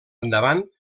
endavant